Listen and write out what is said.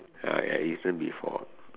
ya I eaten before